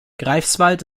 greifswald